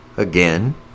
again